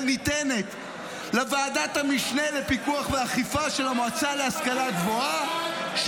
ניתנת לוועדת המשנה לפיקוח ואכיפה של המועצה להשכלה גבוהה,